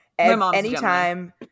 Anytime